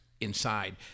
inside